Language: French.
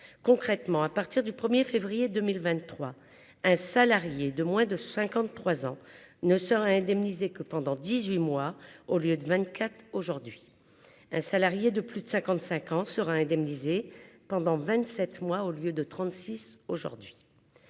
concrètement à partir du 1er février 2023, un salarié de moins de 53 ans ne sera indemnisé que pendant 18 mois au lieu de 24, aujourd'hui un salarié de plus de 55 ans sera indemnisée pendant 27 mois au lieu de 36 aujourd'hui,